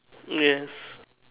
yes